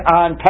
on